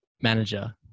manager